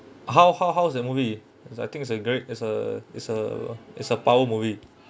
how how how's the movie which I think it's a great is a is a is a power movie